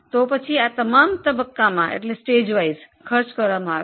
આ બધા તબક્કામાં ખર્ચ કરવામાં આવે છે